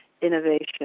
innovation